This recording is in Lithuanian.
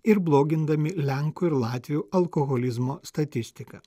ir blogindami lenkų ir latvių alkoholizmo statistiką